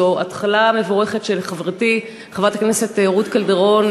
זו התחלה מבורכת של חברתי חברת הכנסת רות קלדרון,